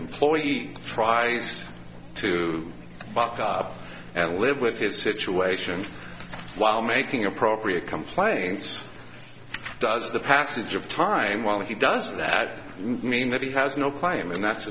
employee eight tries to buck up and live with his situation while making appropriate complaints does the passage of time while he does that mean that he has no claim and that's